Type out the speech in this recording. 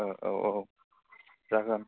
औ औ जागोन